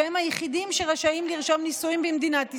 שהם היחידים שרשאים לרשום נישואים במדינת ישראל,